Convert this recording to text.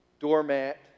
Doormat